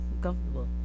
comfortable